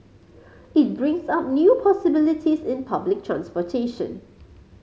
it brings up new possibilities in public transportation